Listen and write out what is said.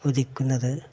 ഉദിക്കുന്നത്